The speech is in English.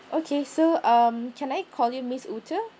okay so um can I call you miss ute